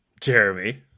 Jeremy